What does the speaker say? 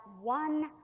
one